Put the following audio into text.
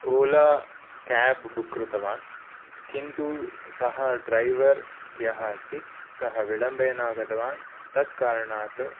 Ola cab book कृतवान् किन्तु सः ड्रैवार् यः अस्ति सः विलम्बेन आगतवान् तत् कारणात्